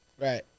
Right